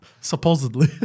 supposedly